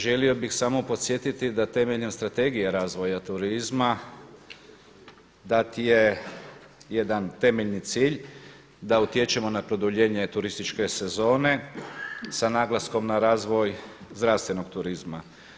Želio bih samo podsjetiti da temeljem strategija razvoja turizma dat je jedan temeljni cilj da utječemo na produljenje turističke sezone sa naglaskom na razvoj zdravstvenog turizma.